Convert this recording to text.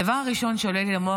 הדבר הראשון שעולה לי למוח,